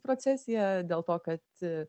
procesiją dėl to kad